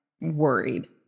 worried